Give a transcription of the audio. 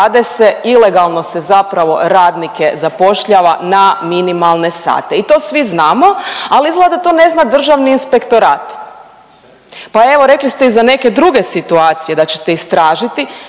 ilegalno se zapravo radnike zapošljava na minimalne sate i to svi znamo, ali izgleda da to ne zna Državni inspektorat. Pa evo rekli ste i za neke druge situacije da ćete istražiti,